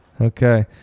Okay